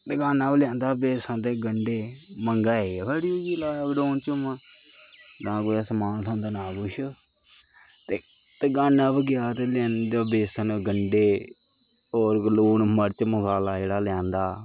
दकाना परा लेआंदा बेसन ते गंढे मैंह्गाई गै बड़ी होई गेदी लाकडाउन च ना कुतै समान थ्होंदा ना कुछ ते दकाना पर गेआ ते लेआंदे बेसन गंढे ते होर लून मर्च मसाला जेह्ड़ा लेआंदा